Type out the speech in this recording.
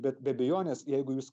bet be abejonės jeigu jūs